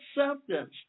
Acceptance